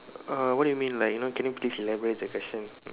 uh what do you mean like you know can you please elaborate the question